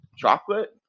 Chocolate